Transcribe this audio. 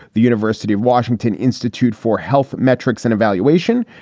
the university of washington institute for health metrics and evaluation,